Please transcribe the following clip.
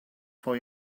for